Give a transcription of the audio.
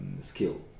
skill